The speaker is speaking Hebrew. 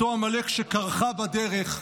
אותו עמלק "אשר קָרְךָ בדרך",